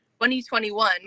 2021